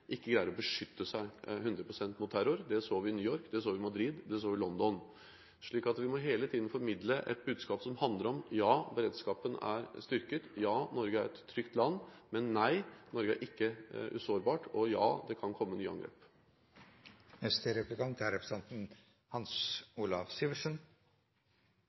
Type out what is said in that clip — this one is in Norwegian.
ikke greier å beskytte seg 100 pst. mot terror. Det så vi i New York, det så vi i Madrid, og det så vi i London. Vi må hele tiden formidle et budskap som handler om at: Ja, beredskapen er styrket, ja, Norge er et trygt land, men nei, Norge er ikke usårbart, og ja, det kan komme nye angrep.